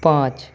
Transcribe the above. पाँच